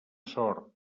sort